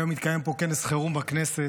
היום התקיים פה כנס חירום בכנסת.